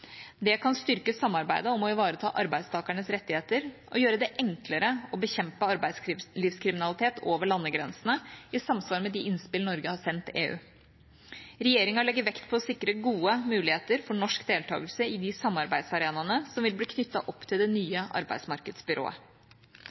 Det kan styrke samarbeidet om å ivareta arbeidstakernes rettigheter og gjøre det enklere å bekjempe arbeidslivskriminalitet over landegrensene, i samsvar med de innspill Norge har sendt EU. Regjeringa legger vekt på å sikre gode muligheter for norsk deltakelse i de samarbeidsarenaene som vil bli knyttet opp til det nye arbeidsmarkedsbyrået.